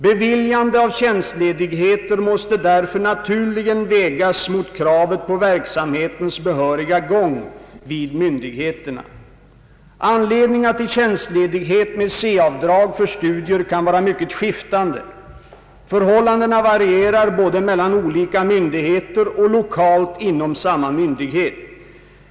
Beviljande av tjänstledigheter måste därför naturligen vägas mot kravet på verksamhetens behöriga gång vid myndigheterna. Anledningar till tjänstledighet med C-avdrag för studier kan vara mycket skiftande. Förhållandena varierar både mellan olika myndigheter och lokalt inom samma myndighet.